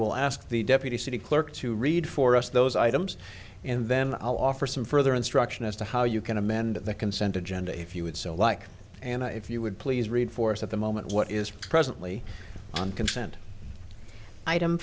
will ask the deputy city clerk to read for us those items and then i'll offer some further instruction as to how you can amend the consent agenda if you would so like and if you would please read for us at the moment what is presently on consent item